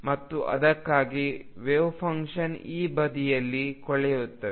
ಮತ್ತು ಅದಕ್ಕಾಗಿ ವೆವ್ಫಂಕ್ಷನ್ ಈ ಬದಿಯಲ್ಲಿ ಕೊಳೆಯುತ್ತದೆ